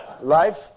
Life